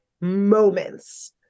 moments